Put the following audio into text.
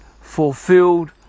fulfilled